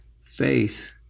faith